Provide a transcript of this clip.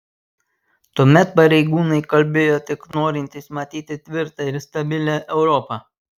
tuomet pareigūnai kalbėjo tik norintys matyti tvirtą ir stabilią europą